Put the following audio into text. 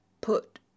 put